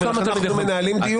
אנחנו מנהלים דיון.